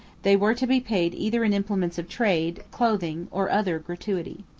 they were to be paid either in implements of trade, clothing, or other gratuity.